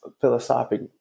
philosophic